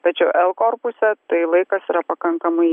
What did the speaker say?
tačiau l korpuse tai laikas yra pakankamai